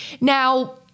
Now